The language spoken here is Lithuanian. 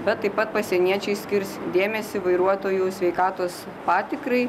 bet taip pat pasieniečiai skirs dėmesį vairuotojų sveikatos patikrai